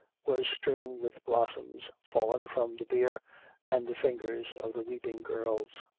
was strewn with blossoms fallen from the bier and the fingers of the weeping girls.